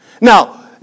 Now